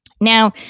Now